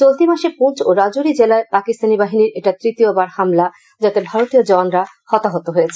চলতি মাসে পুঞ্চ ও রাজোরি জেলায় পাকিস্তানি বাহিনীর এটা তৃতীয়বার হামলা যাতে ভারতীয় জওয়ানরা হতাহত হয়েছে